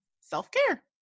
self-care